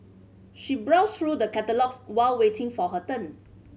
she browsed through the catalogues while waiting for her turn